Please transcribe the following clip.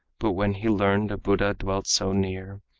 but when he learned a buddha dwelt so near,